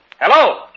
Hello